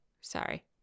sorry